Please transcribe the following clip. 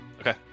Okay